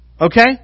okay